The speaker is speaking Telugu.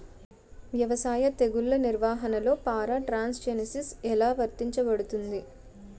వ్యవసాయ తెగుళ్ల నిర్వహణలో పారాట్రాన్స్జెనిసిస్ఎ లా వర్తించబడుతుంది?